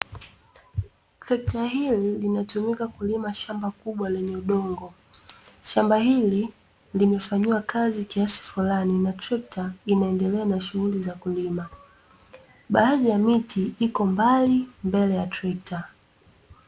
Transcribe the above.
Trekta hili linatumika kulima shamba kubwa lenye udongo. Shamba hili limefanyiwa kazi kiasi fulani na Trekta linaendelea na shughuli za kulima, baadhi ya miti iko mbali mbele ya Trekta.